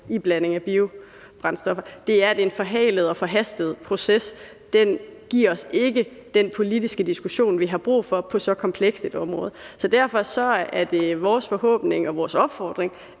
iblanding af biobrændstoffer, er, at det har været en forhalet og forhastet proces. Den har ikke givet os den politiske diskussion, som vi har brug for på så komplekst et område. Så derfor er det vores forhåbning og vores opfordring,